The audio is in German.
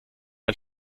ein